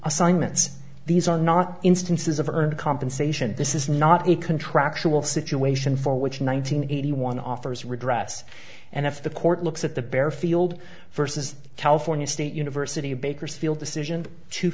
assignments these are not instances of earned compensation this is not a contractual situation for which nine hundred eighty one offers redress and if the court looks at the bare field versus california state university bakersfield decision two